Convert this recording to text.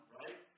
right